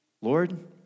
Lord